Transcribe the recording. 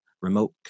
remote